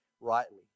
rightly